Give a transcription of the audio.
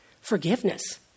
forgiveness